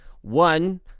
one